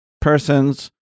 persons